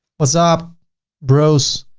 what's up bros!